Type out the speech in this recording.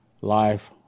life